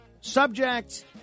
Subject